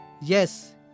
yes